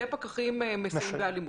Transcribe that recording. ופקחים מסייעים באלימות.